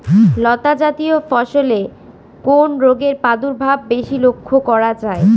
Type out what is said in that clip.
লতাজাতীয় ফসলে কোন রোগের প্রাদুর্ভাব বেশি লক্ষ্য করা যায়?